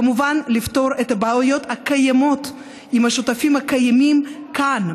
זה כמובן לפתור את הבעיות הקיימות עם השותפים הקיימים כאן,